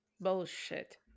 Bullshit